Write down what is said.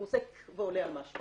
הוא עולה על משהו